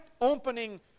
opening